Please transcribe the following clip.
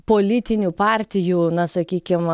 politinių partijų na sakykim a